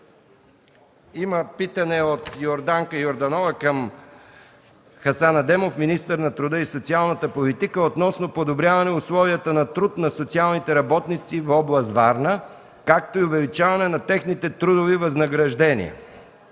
представител Йорданка Йорданова към Хасан Адемов – министър на труда и социалната политика, относно подобряване условията на труд на социалните работници в област Варна, както и увеличаване на техните трудови възнаграждения.